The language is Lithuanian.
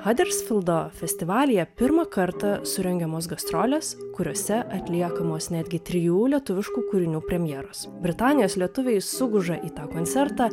hadersfildo festivalyje pirmą kartą surengiamos gastrolės kuriose atliekamos netgi trijų lietuviškų kūrinių premjeros britanijos lietuviai suguža į tą koncertą